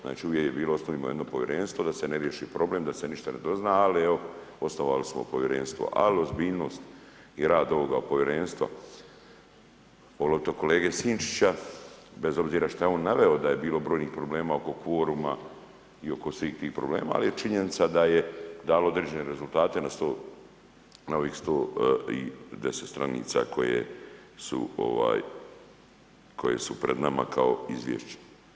Znači, uvijek je bilo osnujmo jedno povjerenstvo da se ne riješi problem, da se ništa ne dozna, ali evo, osnovali smo Povjerenstvo, al ozbiljnost i rad ovoga Povjerenstva, pogotovo kolege Sinčića, bez obzira što je on naveo da je bilo brojnih problema oko kvoruma i oko svih tih problema, ali je činjenica da je dalo određene rezultate na ovih 110 stranica koje su pred nama kao Izvješće.